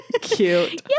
Cute